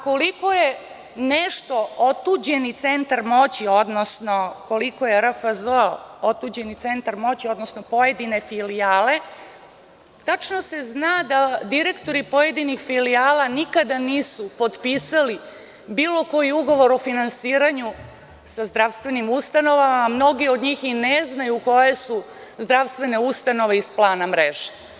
Koliko je nešto otuđeni centar moći, odnosno koliko je RFZO otuđeni centar moći, odnosno pojedine filijale, tačno se sna da direktori pojedinih filijala nikada nisu potpisali bilo koji ugovor o finansiranju sa zdravstvenim ustanovama, a mnogi od njih i ne znaju koje su zdravstvene ustanove iz plana mreže.